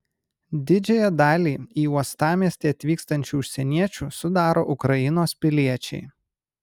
didžiąją dalį į uostamiestį atvykstančių užsieniečių sudaro ukrainos piliečiai